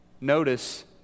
Notice